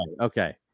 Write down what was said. Okay